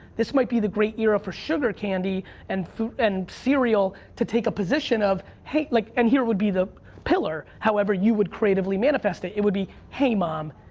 this might be the great year for sugar candy and and cereal to take a position of, hey, like and here would be the pillar. however you would creatively manifest it. it would be, hey, mom,